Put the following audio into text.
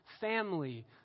family